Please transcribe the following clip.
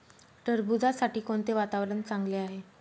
टरबूजासाठी कोणते वातावरण चांगले आहे?